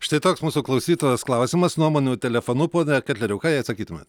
štai toks mūsų klausytojos klausimas nuomonių telefonu pone ketleriau ką jai atsakytumėt